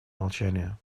молчание